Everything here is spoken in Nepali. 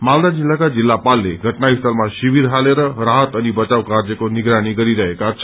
मालदा जिल्लाका जिल्लापालले घटनास्थलमा शिविर हालेर राहत अनि बचाव कार्यको निगरानी गरिरहेका छन्